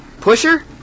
Pusher